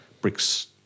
bricks